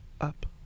Up